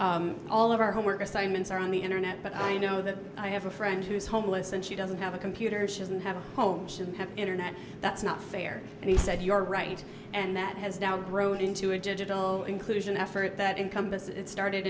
dad all of our homework assignments are on the internet but i know that i have a friend who is homeless and she doesn't have a computer she doesn't have a home she didn't have internet that's not fair and he said you're right and that has now grown into a digital inclusion effort that encompasses it started